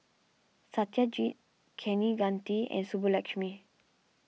Satyajit Kaneganti and Subbulakshmi